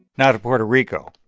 now to puerto rico,